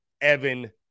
Evan